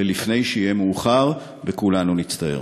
ולפני שיהיה מאוחר, וכולנו נצטער.